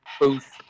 booth